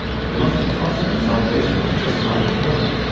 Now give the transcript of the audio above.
but they must have trusted that salvation was just around the corner.